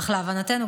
אך להבנתנו,